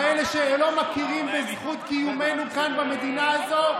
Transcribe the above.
כאלה שלא מכירים בזכות קיומנו כאן במדינה הזאת,